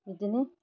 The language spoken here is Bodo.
बिदिनो